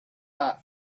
not